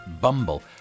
bumble